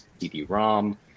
CD-ROM